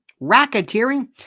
racketeering